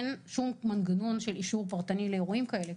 אין שום מנגנון של אישור פרטני לאירועים כאלה,